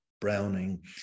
Browning